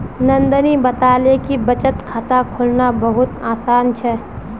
नंदनी बताले कि बचत खाता खोलना बहुत आसान छे